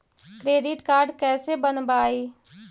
Credit card कैसे बनवाई?